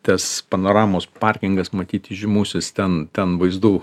tas panoramos parkingas matyti žymusis ten ten vaizdų